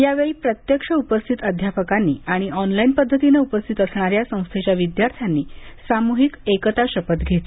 यावेळी प्रत्यक्ष उपस्थित अध्यापकांनी आणि ऑनलाईन पद्धतीने उपस्थित असणाऱ्या संस्थेच्या विद्यार्थ्यांनी सामुहिक शपथ घेतली